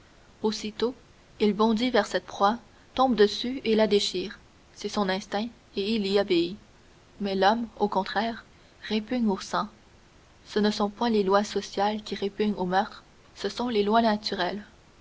aussitôt il bondit vers cette proie tombe dessus et la déchire c'est son instinct et il y obéit mais l'homme au contraire répugne au sang ce ne sont point les lois sociales qui répugnent au meurtre ce sont les lois naturelles